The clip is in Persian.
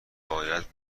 باید